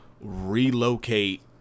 relocate